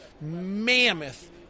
mammoth